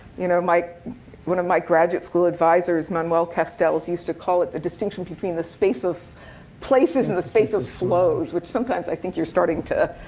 you know one of my graduate school advisers, manuel castells, used to call it the distinction between the space of places and the space of flows, which, sometimes, i think you're starting to